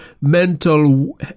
mental